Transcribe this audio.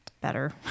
better